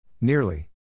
Nearly